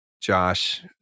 Josh